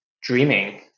dreaming